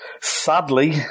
Sadly